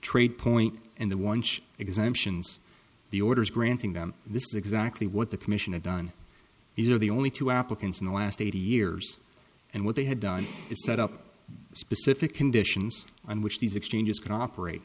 trade point and the warrants exemptions the orders granting them this is exactly what the commission had done these are the only two applicants in the last eighty years and what they have done is set up a specific conditions on which these exchanges can operate